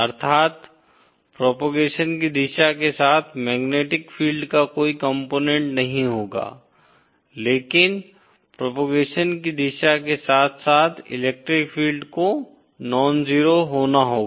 अर्थात् प्रोपोगेशन की दिशा के साथ मैग्नेटिक फील्ड का कोई कम्पोनेट नहीं होगा लेकिन प्रोपोगेशन की दिशा के साथ साथ इलेक्ट्रिक फील्ड को नॉनजेरो होना होगा